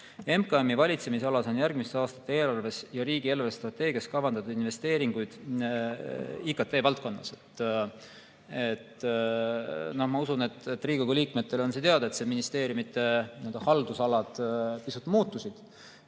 MKM-i valitsemisalas on järgmiste aastate eelarves ja riigi eelarvestrateegias kavandatud investeeringuid IKT-valdkonnas. Ma usun, et Riigikogu liikmetele on teada, et ministeeriumide haldusalad pisut muutusid,